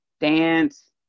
dance